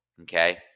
Okay